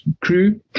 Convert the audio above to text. crew